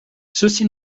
ceci